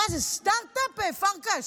מה זה, סטרטאפ, פרקש,